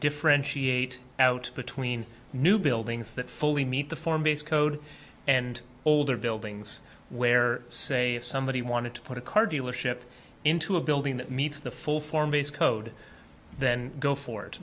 differentiate out between new buildings that fully meet the form based code and older buildings where say somebody wanted to put a car dealership into a building that meets the full form base code then go for it